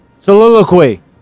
Soliloquy